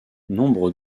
nombre